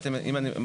אם אני מבין,